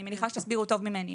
אני מניחה שיסבירו טוב ממני,